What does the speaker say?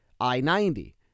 I-90